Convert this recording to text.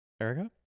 Erica